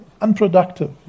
unproductive